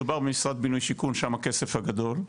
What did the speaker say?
מדובר במשרד הבינוי והשיכון, שם הכסף הגדול,